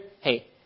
hey